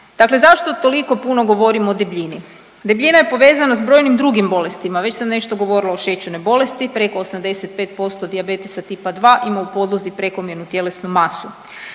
Dakle zašto toliko puno govorimo o debljini? Debljina je povezana s brojnim drugim bolestima, već sam nešto govorila o šećernoj bolesti, preko 85% dijabetesa tipa 2 ima u podlozi prekomjernu tjelesnu masu.